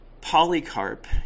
Polycarp